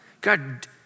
God